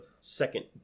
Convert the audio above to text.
second